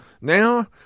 now